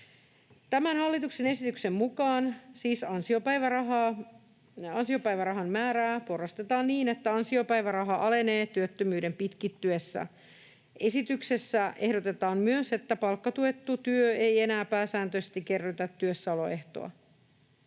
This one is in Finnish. Tämän hallituksen esityksen mukaan ansiopäivärahan määrää siis porrastetaan niin, että ansiopäiväraha alenee työttömyyden pitkittyessä. Esityksessä ehdotetaan myös, että palkkatuettu työ ei enää pääsääntöisesti kerrytä työssäoloehtoa.